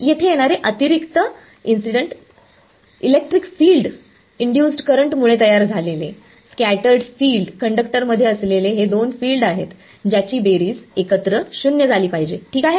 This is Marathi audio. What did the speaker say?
येथे येणारे अतिरिक्त इलेक्ट्रिक फिल्ड इंड्युसड् करंटमुळे तयार झालेले स्कॅटरड् फिल्ड कंडक्टरमध्ये असलेले हे दोन फील्ड आहेत ज्याची बेरीज एकत्र 0 झाली पाहिजे ठीक आहे